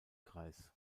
kreis